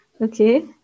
Okay